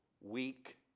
weak